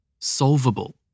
solvable